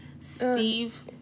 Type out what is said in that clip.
Steve